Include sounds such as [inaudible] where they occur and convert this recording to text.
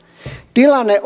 tilanne [unintelligible]